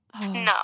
No